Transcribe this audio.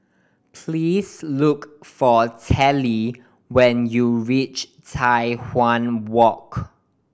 please look for Telly when you reach Tai Hwan Walk